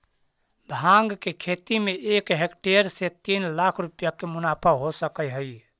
भाँग के खेती में एक हेक्टेयर से तीन लाख रुपया के मुनाफा हो सकऽ हइ